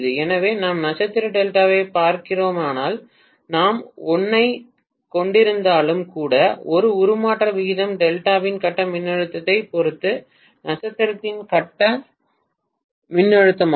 எனவே நாம் நட்சத்திர டெல்டாவைப் பார்க்கிறோமானால் நாம் 1 ஐக் கொண்டிருந்தாலும் கூட 1 உருமாற்ற விகிதம் டெல்டாவின் கட்ட மின்னழுத்தத்தைப் பொறுத்து நட்சத்திரத்தின் கட்ட மின்னழுத்தமாகும்